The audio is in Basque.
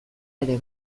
ere